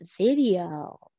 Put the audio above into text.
video